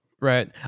Right